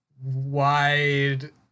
wide